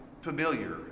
familiar